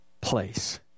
place